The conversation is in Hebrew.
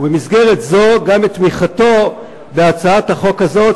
ובמסגרת זו להודות לו גם על תמיכתו בהצעת החוק הזאת,